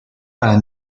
para